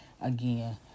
Again